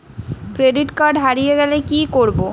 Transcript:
Credit card হারিয়ে গেলে কি করব?